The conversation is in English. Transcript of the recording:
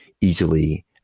easily